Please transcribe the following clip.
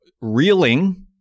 reeling